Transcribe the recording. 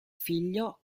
figlio